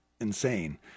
insane